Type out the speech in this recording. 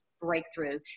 Breakthrough